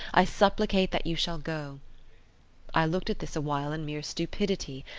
i supplicate that you shall go i looked at this awhile in mere stupidity,